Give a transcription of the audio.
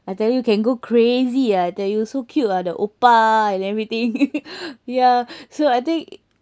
I tell you can go crazy ah I tell you so cute ah the oppa and everything ya so I think